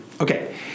Okay